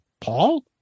paul